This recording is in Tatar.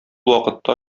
вакытта